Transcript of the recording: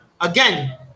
again